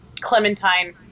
Clementine